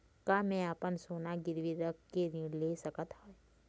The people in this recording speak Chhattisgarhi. का मैं अपन सोना गिरवी रख के ऋण ले सकत हावे?